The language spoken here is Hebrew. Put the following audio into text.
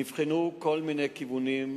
נבחנו כל מיני כיוונים.